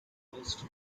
host